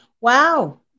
Wow